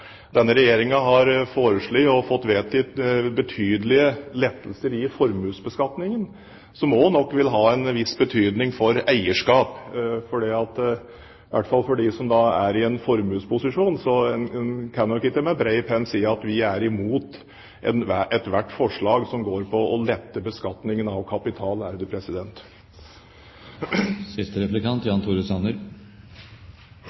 denne regjeringen har foreslått og fått vedtatt betydelige lettelser i formuesbeskatningen, som nok også vil ha en viss betydning for eierskap. I hvert fall kan en nok ikke for dem som er i en formuesposisjon, med bred penn si at vi er imot ethvert forslag som går på å lette beskatningen av kapital.